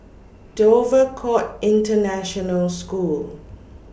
Dover Court International School